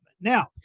Now